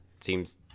seems